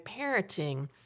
parenting